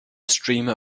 streamer